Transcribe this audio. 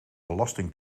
belasting